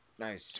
Nice